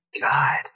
God